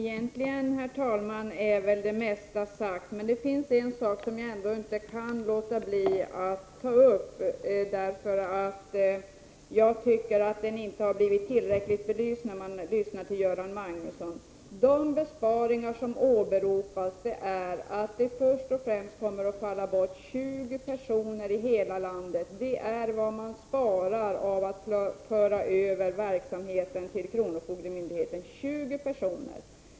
Herr talman! Det mesta är väl egentligen sagt, men det finns en sak som jag inte kan låta bli att ta upp, eftersom jag tycker att den inte har blivit tillräckligt belyst av Göran Magnusson. De besparingar som åberopas är först och främst att det kommer att falla bort 20 personer i hela landet. Det är vad man sparar in på att föra över verksamheten till kronofogdemyndigheterna — 20 personer.